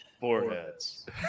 Foreheads